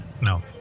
No